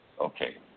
Okay